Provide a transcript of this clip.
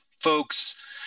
folks